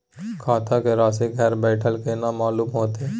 खाता के राशि घर बेठल केना मालूम होते?